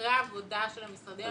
אחרי העבודה של המשרדים הממשלתיים.